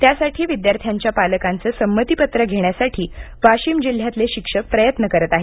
त्या साठी विद्यार्थ्यांच्या पालकांचे संमती पत्र घेण्यासाठी वाशीम जिल्ह्यातले शिक्षक प्रयत्न करत आहेत